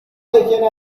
تکیه